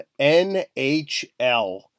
NHL